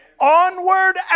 onward